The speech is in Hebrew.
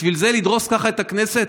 בשביל זה לדרוס ככה את הכנסת?